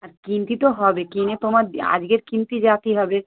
আর কিনতে তো হবে কিনে তোমার আজকের কিনতে যেতে হবে